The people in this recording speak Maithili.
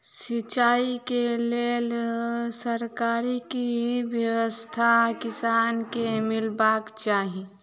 सिंचाई केँ लेल सरकारी की व्यवस्था किसान केँ मीलबाक चाहि?